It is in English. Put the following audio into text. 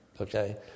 Okay